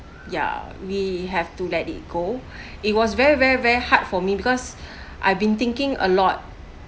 ya we have to let it go it was very very very hard for me because I've been thinking a lot